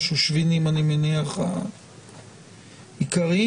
השושבינים העיקריים,